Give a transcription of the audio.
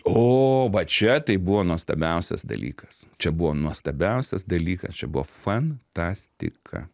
o va čia tai buvo nuostabiausias dalykas čia buvo nuostabiausias dalykas čia buvo fantastika